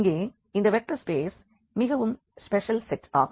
இங்கே இந்த vector spaces மிகவும் ஸ்பெஷல் செட் ஆகும்